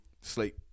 sleep